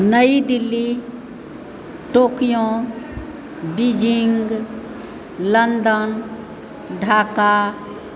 New Delhi Tokyo Beijing London Dhaka